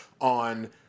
on